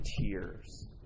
tears